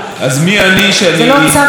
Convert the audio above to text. אז מי אני שאני, זה לא צו הלכה.